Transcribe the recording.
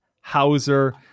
Hauser